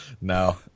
No